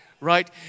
right